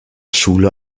schule